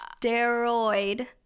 steroid